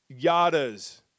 yadas